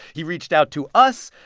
he reached out to us.